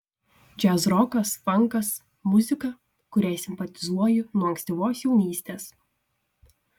džiazrokas fankas muzika kuriai simpatizuoju nuo ankstyvos jaunystės